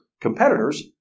competitors